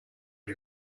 you